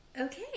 Okay